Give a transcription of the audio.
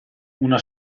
una